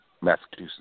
Massachusetts